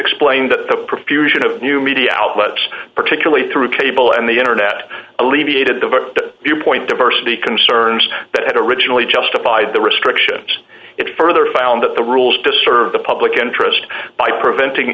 explained that the profusion of new media outlets particularly through cable and the internet alleviated the viewpoint diversity concerns that had originally justified the restrictions it further found that the rules to serve the public interest by preventing